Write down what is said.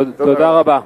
תודה רבה.